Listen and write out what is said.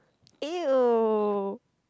!eww!